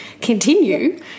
continue